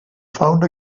found